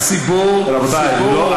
רבותי, לא.